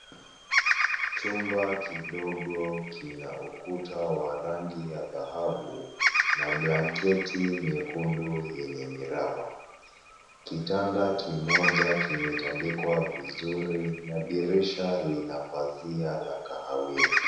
Chumba kidogo kina ukuta wa rangi dhahabu, na blanketi nyekundu yenye miraba. Kitanda kimoja kimetandikwa vizuri na dirisha lina pazia la kahawia.